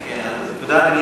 כן, תודה.